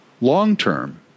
Long-term